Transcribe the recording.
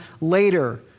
later